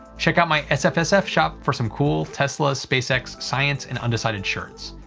check out my sfsf shop for some cool tesla, space x, science, and undecided shirts.